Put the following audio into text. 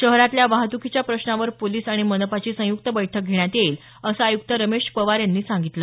शहरातल्या वाहतुकीच्या प्रश्नावर पोलीस आणि मनपाची संयुक्त बैठक घेण्यात येईल असं आयुक्त रमेश पवार यांनी सांगितलं